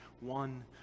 one